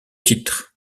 titre